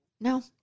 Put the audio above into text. No